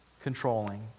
controlling